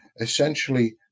essentially